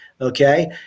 okay